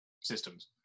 systems